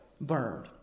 burned